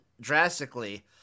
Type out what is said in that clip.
drastically